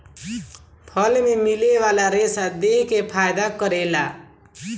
फल मे मिले वाला रेसा देह के फायदा करेला